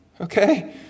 Okay